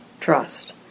trust